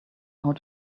how